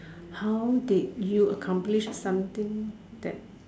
how did you accomplish something that